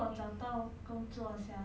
anyway hor